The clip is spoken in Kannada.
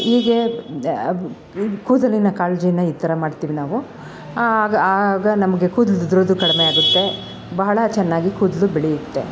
ಹೀಗೆ ಇದು ಕೂದಲಿನ ಕಾಳಜಿನ ಈ ಥರ ಮಾಡ್ತಿವಿ ನಾವು ಆಗ ಆಗ ನಮಗೆ ಕೂದ್ಲು ಉದುರೋದು ಕಡಿಮೆ ಆಗುತ್ತೆ ಬಹಳ ಚೆನ್ನಾಗಿ ಕೂದಲು ಬೆಳೆಯುತ್ತೆ